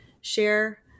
share